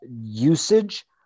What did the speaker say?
usage